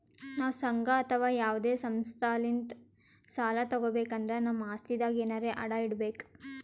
ನಾವ್ ಸಂಘ ಅಥವಾ ಯಾವದೇ ಸಂಸ್ಥಾಲಿಂತ್ ಸಾಲ ತಗೋಬೇಕ್ ಅಂದ್ರ ನಮ್ ಆಸ್ತಿದಾಗ್ ಎನರೆ ಅಡ ಇಡ್ಬೇಕ್